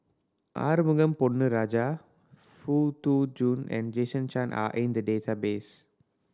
Arumugam Ponnu Rajah Foo Jun and Jason Chan are in the database